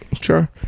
Sure